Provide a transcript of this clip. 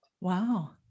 Wow